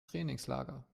trainingslager